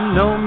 no